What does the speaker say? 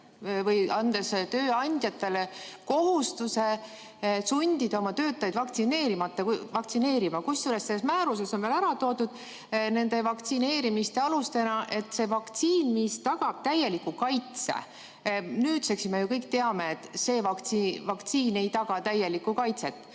või andes tööandjatele kohustuse sundida oma töötajaid vaktsineerima. Kusjuures selles määruses on ära toodud nende vaktsineerimise alusena, et see vaktsiin tagab täieliku kaitse. Nüüdseks me ju kõik teame, et see vaktsiin ei taga täielikku kaitset.